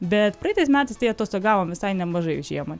bet praeitais metais tai atostogavome visai nemažai žiemą